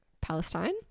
Palestine